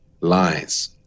lies